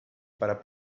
para